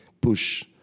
push